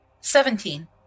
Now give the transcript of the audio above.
Seventeen